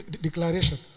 declaration